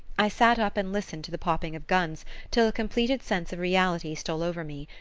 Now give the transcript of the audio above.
i sat up and listened to the popping of guns till a completed sense of reality stole over me,